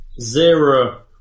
Zero